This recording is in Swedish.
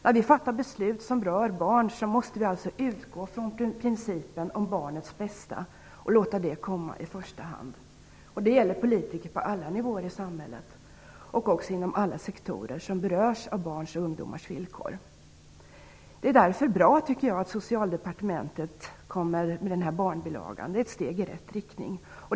När vi fattar beslut som rör barn måste vi alltså utgå från principen om barnets bästa och låta det komma i första hand, och det gäller politiker på alla nivåer i samhället, och även inom alla sektorer som berörs av barns och ungdomars villkor. Det är därför bra, tycket jag, att Socialdepartementet kommer med sin barnbilaga - det är ett steg i rätt riktning.